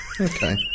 Okay